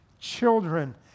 children